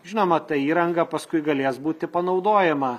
žinoma ta įranga paskui galės būti panaudojama